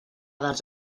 dels